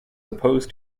opposed